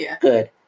good